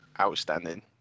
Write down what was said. outstanding